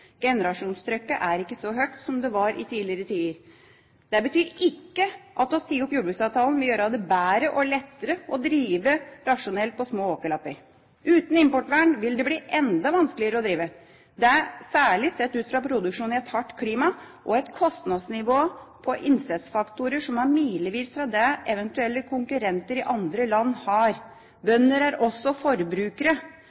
Generasjonstrykket er ikke så høyt som i tidligere tider. Det betyr ikke at det å si opp jordbruksavtalen vil gjøre det bedre og lettere å drive rasjonelt på små åkerlapper. Uten importvern vil det bli enda vanskeligere å drive, særlig sett ut fra produksjon i et hardt klima og ut fra et kostnadsnivå på innsatsfaktorer som er milevis fra det eventuelle konkurrenter i andre land har.